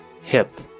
Hip